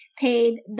paid